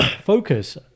focus